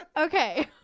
okay